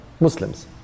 Muslims